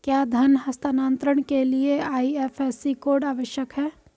क्या धन हस्तांतरण के लिए आई.एफ.एस.सी कोड आवश्यक है?